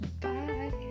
Bye